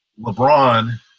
LeBron